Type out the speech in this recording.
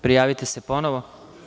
Prijavite se ponovo.